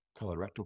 colorectal